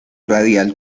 radial